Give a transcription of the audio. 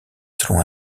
selon